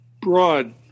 broad